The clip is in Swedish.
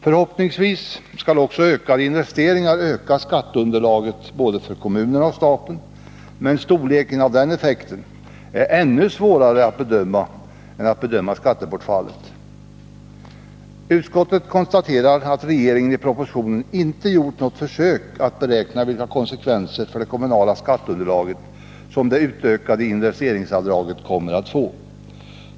Förhoppningsvis skall också ökade investeringar öka skatteunderlaget både för kommunerna och för staten, men storleken av den effekten är ännu svårare att bedöma än effekten av skattebortfallet. Utskottet konstaterar att regeringen i propositionen inte gjort något försök att beräkna vilka konsekvenser för det kommunala skatteunderlaget som det utökade investeringsavdraget kommer att få.